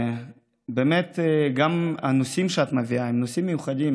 גם הנושאים שאת מביאה הם נושאים מיוחדים.